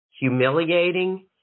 humiliating